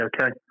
okay